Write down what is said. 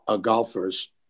golfers